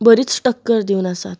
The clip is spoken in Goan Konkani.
बरीच टक्कर दिवन आसात